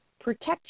Protect